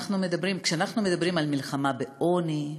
אנחנו מדברים על מלחמה בעוני,